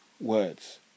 words